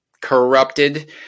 corrupted